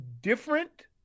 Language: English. different